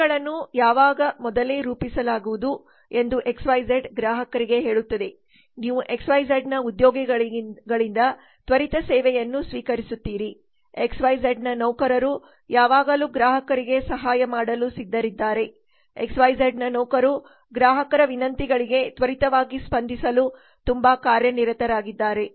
ಸೇವೆಗಳನ್ನು ಯಾವಾಗ ಮೊದಲೇ ರೂಪಿಸಲಾಗುವುದು ಎಂದು ಎಕ್ಸ್ ವೈ ಝಡ್ಗ್ರಾಹಕರಿಗೆ ಹೇಳುತ್ತದೆ ನೀವು ಎಕ್ಸ್ ವೈ ಝಡ್ನ ಉದ್ಯೋಗಿಗಳಿಂದ ತ್ವರಿತ ಸೇವೆಯನ್ನು ಸ್ವೀಕರಿಸುತ್ತೀರಿಎಕ್ಸ್ ವೈ ಝಡ್ನ ನೌಕರರು ಯಾವಾಗಲೂ ಗ್ರಾಹಕರಿಗೆ ಸಹಾಯ ಮಾಡಲು ಸಿದ್ಧರಿದ್ದಾರೆ ಎಕ್ಸ್ ವೈ ಝಡ್ನ ನೌಕರರು ಗ್ರಾಹಕರ ವಿನಂತಿಗಳಿಗೆ ತ್ವರಿತವಾಗಿ ಸ್ಪಂದಿಸಲು ತುಂಬಾ ಕಾರ್ಯನಿರತರಾಗಿದ್ದಾರೆ